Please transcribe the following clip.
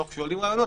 מתוך שעולים רעיונות,